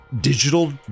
digital